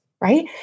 Right